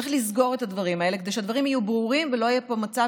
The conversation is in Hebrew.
צריך לסגור את הדברים האלה כדי שהדברים יהיו ברורים ולא יהיה פה מצב